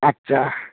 আচ্ছা